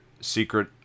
secret